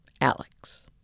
Alex